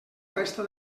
resta